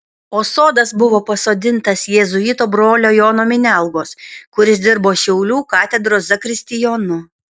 o sodas buvo pasodintas jėzuito brolio jono minialgos kuris dirbo šiaulių katedros zakristijonu